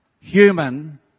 human